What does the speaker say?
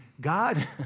God